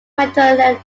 material